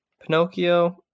Pinocchio